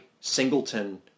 Singleton